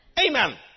Amen